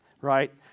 right